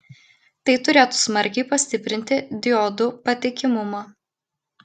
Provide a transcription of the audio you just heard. tai turėtų smarkiai pastiprinti diodų patikimumą